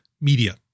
media